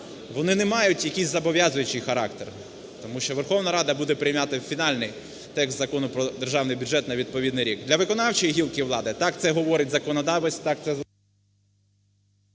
вони не мають якийсь зобов'язуючий характер. Тому що Верховна Рада буде приймати фінальний текст Закону про Державний бюджет на відповідний рік. Для виконавчої гілки влади, так, це говорить законодавець, так, це…